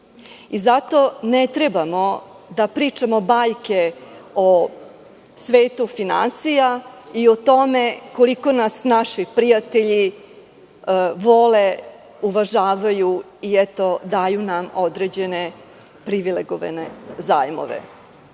Zato ne trebamo da pričamo bajke o svetu finansija i o tome koliko nas naši prijatelji vole, uvažavaju i eto, daju nam određene privilegovane zajmove. Ti